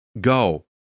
go